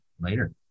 later